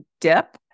dip